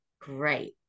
Great